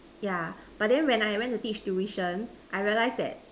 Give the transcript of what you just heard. yeah but then when I went to teach tuition I realized that